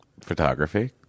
Photography